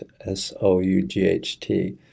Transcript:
S-O-U-G-H-T